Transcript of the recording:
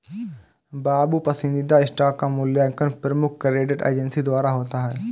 बाबू पसंदीदा स्टॉक का मूल्यांकन प्रमुख क्रेडिट एजेंसी द्वारा होता है